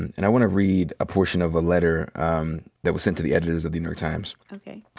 and i want to read a portion of a letter um that was sent to the editors of the times. okay.